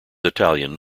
italian